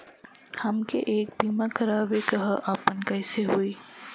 हमके एक बीमा करावे के ह आपन कईसे होई?